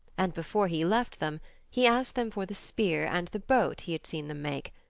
and before he left them he asked them for the spear and the boat he had seen them make,